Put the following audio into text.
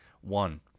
one